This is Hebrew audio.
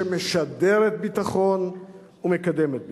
שמשדרת ביטחון ומקדמת ביטחון.